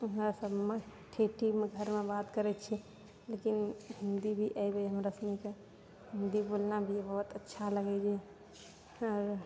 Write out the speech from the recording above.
हमरासबमे ठेठीमे घरमे बात करै छी लेकिन हिन्दी भी एबै हमरासबके हिन्दी बोलना भी बहुत अच्छा लगैए आओर